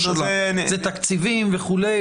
זה תקציבים וכולי,